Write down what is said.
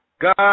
God